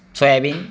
soybean